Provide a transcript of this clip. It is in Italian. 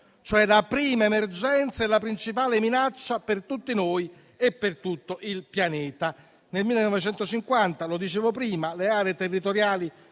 cioè la prima emergenza e la principale minaccia per tutti noi e per tutto il pianeta. Nel 1950 - lo dicevo prima - le aree territoriali